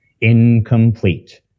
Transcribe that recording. incomplete